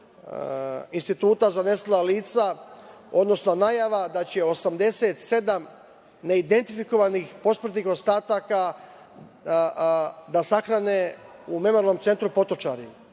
Instituta za nestala lica, odnosno najava da će 87 neidentifikovanih posmrtnih ostataka da sahrane u Memorijalnom centru